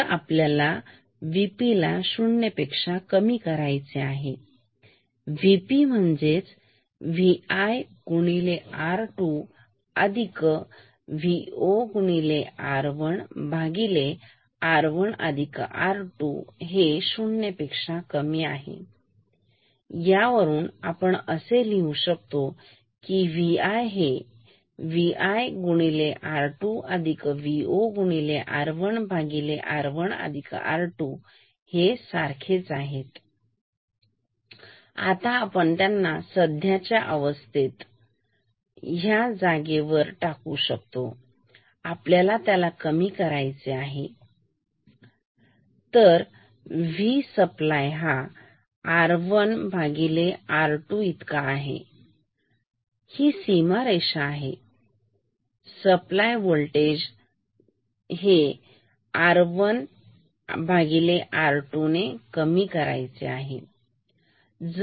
तर आपल्याला VP ला शून्य पेक्षा कमी करायचे आहे VP म्हणजेच Vi R2Vo R1R1R2 0यावरून आपण असे लिहू शकतो की Vi Vi R2Vo R1R1R2हे सारखेच आहे आता आपण त्यांना सध्याच्या अवस्थेत जागेवर टाकू तर आपल्याला याला कमी करायचे आहे V सप्लाय R1 R2 ठीक तर सीमारेषा आहे सप्लाय होल्टेज पेक्षा R1 भागिले R2 ने कमी असले पाहिजे